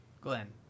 Glenn